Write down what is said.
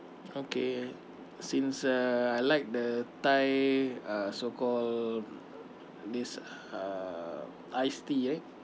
okay since uh I like the thai uh so called this uh iced tea eh